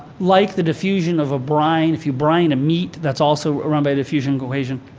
like the diffusion of a brine. if you brine a meat, that's also run by a diffusion equation.